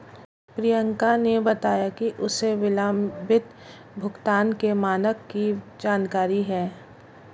प्रियंका ने बताया कि उसे विलंबित भुगतान के मानक की जानकारी है